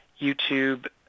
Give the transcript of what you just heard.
YouTube